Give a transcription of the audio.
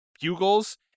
bugles